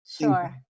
sure